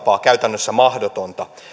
käytännössä mahdotonta